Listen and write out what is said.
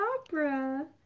opera